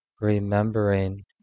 remembering